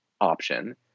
option